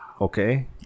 okay